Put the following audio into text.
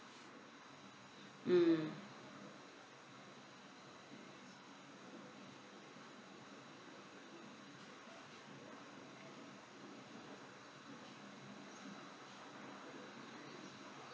mm